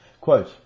Quote